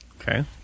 Okay